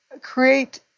create